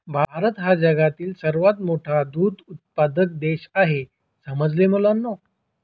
भारत हा जगातील सर्वात मोठा दूध उत्पादक देश आहे समजले मुलांनो